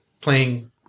playing